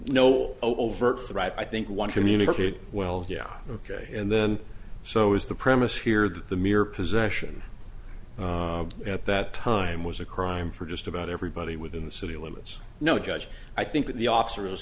right i think one communicated well yeah ok and then so is the premise here that the mere possession at that time was a crime for just about everybody within the city limits no judge i think the officer